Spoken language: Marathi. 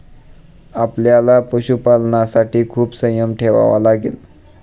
आपल्याला पशुपालनासाठी खूप संयम ठेवावा लागेल